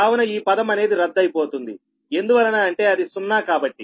కావున ఈ పదం అనేది రద్దు అయిపోతుంది ఎందువలన అంటే అది సున్నా కాబట్టి